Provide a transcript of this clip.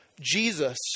Jesus